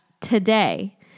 today